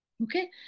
Okay